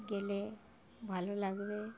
গেলে ভালো লাগবে